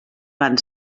van